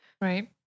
Right